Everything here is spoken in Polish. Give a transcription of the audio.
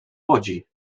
łodzi